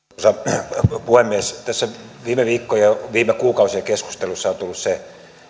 arvoisa puhemies näissä viime viikkojen ja viime kuukausien keskusteluissa on tullut se mielikuva että tähän